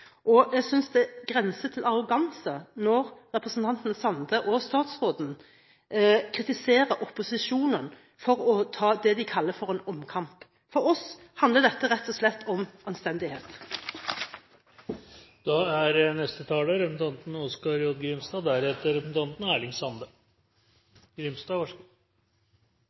Jeg synes det grenser til arroganse når representanten Sande og statsråden kritiserer opposisjonen for å ta det de kaller for en omkamp. For oss handler dette rett og slett om anstendighet. Det er